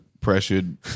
pressured